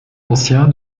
ancien